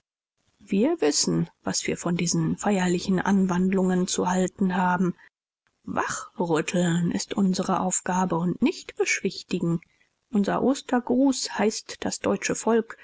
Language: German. wir wissen was wir von diesen feierlichen anwandlungen zu halten haben wachrütteln ist unsere aufgabe und nicht beschwichtigen unser ostergruß heißt das deutsche volk